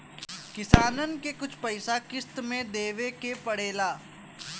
किसानन के कुछ पइसा किश्त मे देवे के पड़ेला